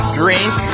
drink